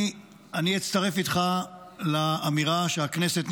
אני אצטרף איתך לאמירה שהכנסת,